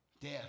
Death